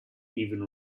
even